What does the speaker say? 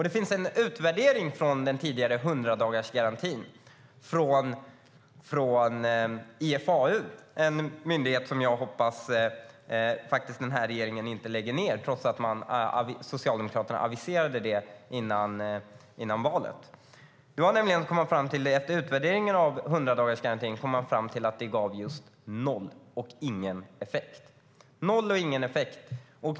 Det finns en utvärdering av den tidigare 100-dagarsgarantin från IFAU - en myndighet som jag hoppas att den här regeringen inte lägger ned, trots att Socialdemokraterna aviserade detta före valet. Vid utvärderingen av 100-dagarsgarantin kom man fram till att den gav nästan noll och ingen effekt.